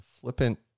flippant